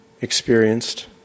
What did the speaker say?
experienced